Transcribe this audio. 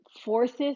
forces